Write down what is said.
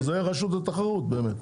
זה רשות התחרות באמת.